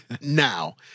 Now